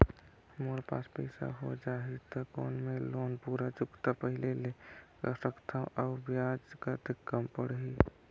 मोर पास पईसा हो जाही त कौन मैं लोन पूरा चुकता पहली ले कर सकथव अउ ब्याज कतेक कम पड़ही?